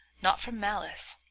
not from malice,